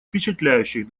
впечатляющих